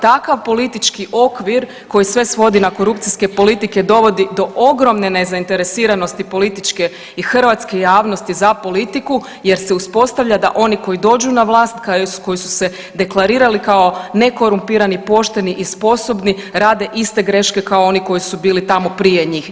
Takav politički okvir koji sve svodi na korupcijske politike dovodi do ogromne nezainteresiranosti političke i hrvatske javnosti za politiku jer se uspostavlja da oni koji dođu na vlast, koji su se deklarirali kao nekorumpiran i pošteni i sposobni, rade iste greške kao oni koji su bili tamo prije njih.